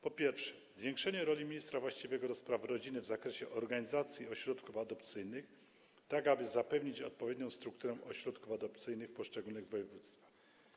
Po pierwsze, zwiększenie roli ministra właściwego do spraw rodziny w zakresie organizacji ośrodków adopcyjnych, tak aby zapewnić odpowiednią strukturę ośrodków adopcyjnych w poszczególnych województwach.